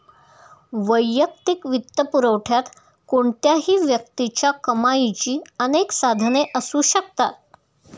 वैयक्तिक वित्तपुरवठ्यात कोणत्याही व्यक्तीच्या कमाईची अनेक साधने असू शकतात